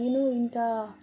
ಏನು ಇಂಥಾ